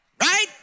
Right